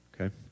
Okay